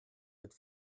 mit